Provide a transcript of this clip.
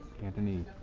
cantonese